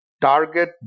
target